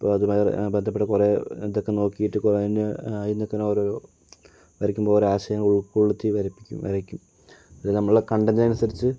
ഇപ്പോൾ അതുമായി ബന്ധപ്പെട്ട കുറേ ഇതൊക്കെ നോക്കിയിട്ടു കുറേ അതിന് അതിനൊക്കെ ഓരോ വരക്കുമ്പോൾ ഓരോ ആശയങ്ങൾ ഉൾക്കൊള്ളിച്ചു വരപ്പിയ്ക്കും വരയ്ക്കും ഇതു നമ്മുടെ കണ്ടെന്റ് അനുസരിച്ച്